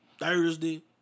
Thursday